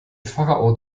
pharao